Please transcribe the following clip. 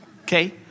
okay